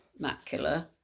macula